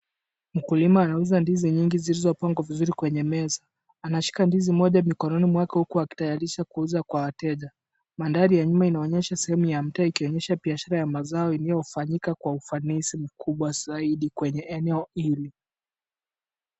Mkulima anauza ndizi nyingi zilizopangwa vizuri kwenye meza. Anashika ndizi moja mikononi mwake huku akitayarisha kuuza kwa wateja. Mandhari ya nyuma inaonyesha sehemu ya mtaa ikionyesha biashara ya mazao iliyofanyika kwa ufanisi mkubwa zaidi kwenye eneo hili.